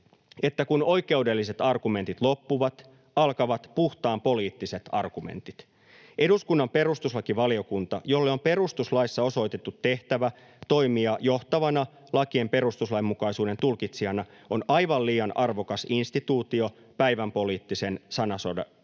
että kun oikeudelliset argumentit loppuvat, alkavat puhtaan poliittiset argumentit. Eduskunnan perustuslakivaliokunta, jolle on perustuslaissa osoitettu tehtävä toimia johtavana lakien perustuslainmukaisuuden tulkitsijana, on aivan liian arvokas instituutio päivänpoliittisen sanasodan